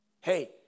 Hey